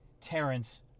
Terrence